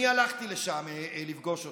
אני הלכתי לשם לפגוש אותם.